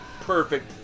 perfect